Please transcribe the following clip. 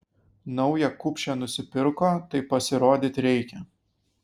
naują kupšę nusipirko tai pasirodyt reikia